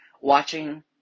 watching